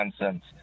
nonsense